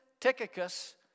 Tychicus